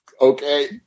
Okay